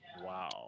Wow